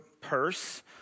purse